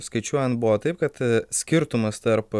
skaičiuojant buvo taip kad skirtumas tarp